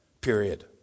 period